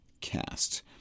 Cast